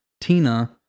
Tina